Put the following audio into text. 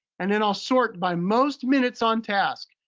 and then i'll sort by most minutes on task.